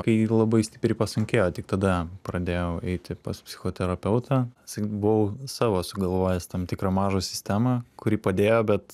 kai labai stipriai pasunkėjo tik tada pradėjau eiti pas psichoterapeutą buvau savo sugalvojęs tam tikrą mažą sistemą kuri padėjo bet